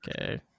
okay